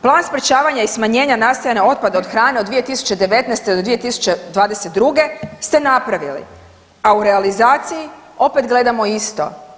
Plan sprječavanja i smanjenja nastajanja otpada od hrane od 2019. do 2022. ste napravili, a u realizaciji opet gledamo isto.